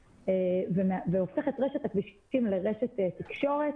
והופך את רשת הכבישים לרשת תקשורת.